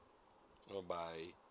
no bye